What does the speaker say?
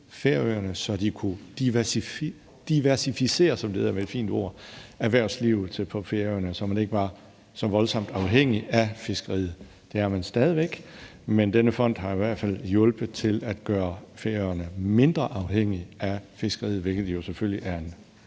hedder med et fint ord, erhvervslivet på Færøerne, så man ikke var så voldsomt afhængig af fiskeriet. Det er man stadig væk, men denne fond har i hvert fald hjulpet til at gøre Færøerne mindre afhængig af fiskeriet, hvilket jo selvfølgelig er en